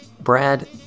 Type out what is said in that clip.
brad